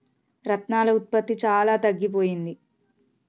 రత్నాల ఉత్పత్తి చాలా తగ్గిపోయింది